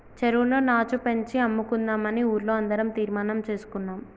చెరువులో నాచు పెంచి అమ్ముకుందామని ఊర్లో అందరం తీర్మానం చేసుకున్నాం